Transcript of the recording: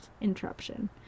interruption